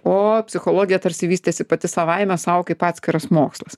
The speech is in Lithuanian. o psichologija tarsi vystėsi pati savaime sau kaip atskiras mokslas